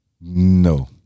No